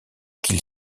qu’il